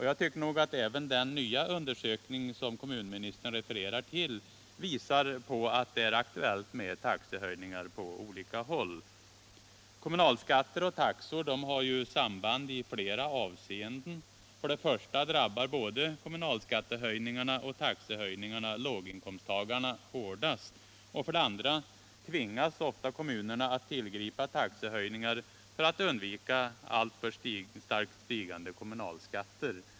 Jag tycker nog att även den nya undersökning som kommunministern refererar till visar att det är aktuellt med taxehöjningar på flera håll. Kommunalskatter och taxor har samband i flera avseenden. För det första drabbar både kommunalskattehöjningarna och taxehöjningarna låginkomsttagarna hårdast. För det andra tvingas kommunerna ofta att tillgripa taxehöjningar för att undvika alltför starkt stigande kommunalskatter.